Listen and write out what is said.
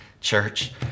church